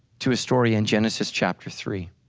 to a story in genesis chapter three,